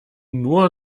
nur